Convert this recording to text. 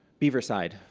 beaver side,